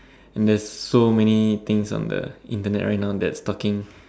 and there's so many things on the Internet right now that's talking